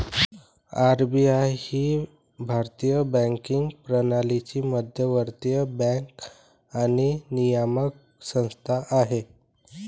RBI ही भारतीय banking प्रणालीची मध्यवर्ती बँक आणि नियामक संस्था आहे